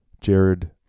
Jared